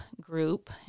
group